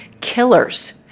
killers